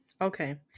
Okay